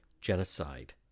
genocide